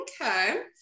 Okay